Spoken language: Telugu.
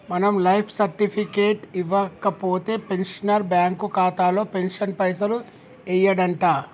మనం లైఫ్ సర్టిఫికెట్ ఇవ్వకపోతే పెన్షనర్ బ్యాంకు ఖాతాలో పెన్షన్ పైసలు యెయ్యడంట